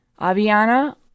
Aviana